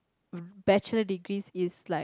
r~ Bachelor degrees is like